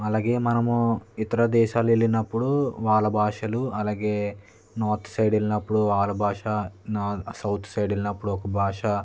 అలాగే మనము ఇతర దేశాలు వెళ్ళినప్పుడు వాళ్ళ భాషలు అలాగే నార్త్ సైడ్ వెళ్ళినప్పుడు వాళ్ళ భాష నా సౌత్ సైడ్ వెళ్ళినప్పుడు ఒక భాష